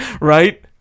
right